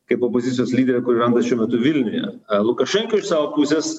kaip opozicijos lyderę kuri randas šiuo metu vilniuje lukašenka iš savo pusės